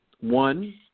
One